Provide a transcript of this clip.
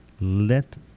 let